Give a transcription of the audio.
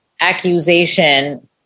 accusation